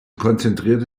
konzentrierte